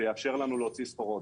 זה יאפשר לנו להוציא סחורות.